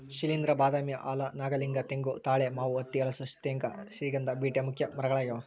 ಶೈಲೇಂದ್ರ ಬಾದಾಮಿ ಆಲ ನಾಗಲಿಂಗ ತೆಂಗು ತಾಳೆ ಮಾವು ಹತ್ತಿ ಹಲಸು ತೇಗ ಶ್ರೀಗಂಧ ಬೀಟೆ ಮುಖ್ಯ ಮರಗಳಾಗ್ಯಾವ